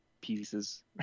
pieces